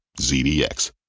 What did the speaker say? ZDX